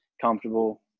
comfortable